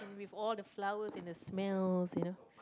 with all the flowers and the smells you know